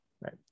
right